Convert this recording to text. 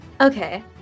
Okay